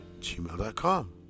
gmail.com